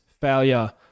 failure